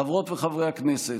חברות וחברי הכנסת,